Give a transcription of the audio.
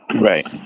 Right